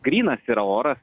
grynas yra oras